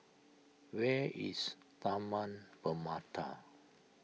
where is Taman Permata